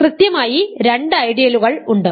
കൃത്യമായി രണ്ട് ഐഡിയലുകൾ ഉണ്ട്